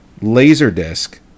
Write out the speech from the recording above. laserdisc